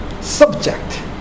subject